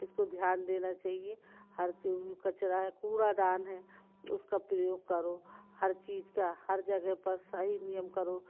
इसको ध्यान देना चाहिए हर तरफ कचड़ा है कूड़ादान है उसका प्रयोग करो हर चीज का हर जगह पर सही नियम करो